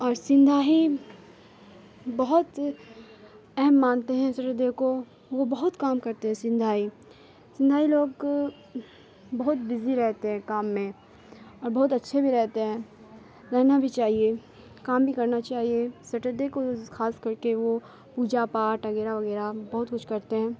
اور سندھی بہت اہم مانتے ہیں سٹردے کو وہ بہت کام کرتے ہیں سندھی سندھی لوگ بہت بزی رہتے ہیں کام میں اور بہت اچھے بھی رہتے ہیں رہنا بھی چاہیے کام بھی کرنا چاہیے سٹردے کو خاص کر کے وہ پوجا پاٹھ وغیرہ وغیرہ بہت کچھ کرتے ہیں